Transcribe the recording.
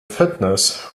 fitness